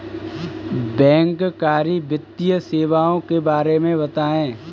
बैंककारी वित्तीय सेवाओं के बारे में बताएँ?